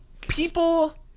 people